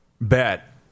bet